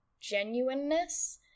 genuineness